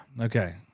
okay